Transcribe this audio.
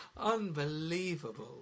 Unbelievable